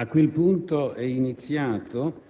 A quel punto, è iniziato